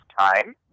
time